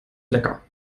lecker